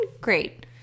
great